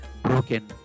broken